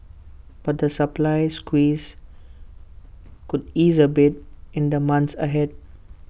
but the supply squeeze could ease A bit in the months ahead